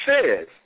says